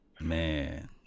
Man